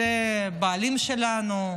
אלה הבעלים שלנו,